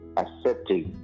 accepting